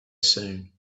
soon